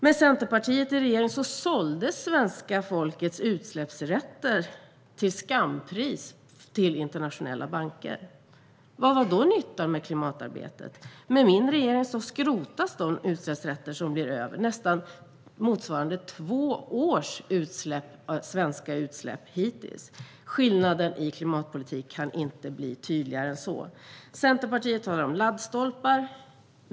Med Centerpartiet i regeringen såldes svenska folkets utsläppsrätter till skampris till internationella banker. Vad var då nyttan med klimatarbetet? Med vår regering skrotas de utsläppsrätter som blir över - nästan motsvarande två års svenska utsläpp hittills. Skillnaden i klimatpolitik kan inte bli tydligare än så. Centerpartiet talar om laddstolpar.